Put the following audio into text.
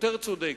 יותר צודק,